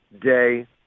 day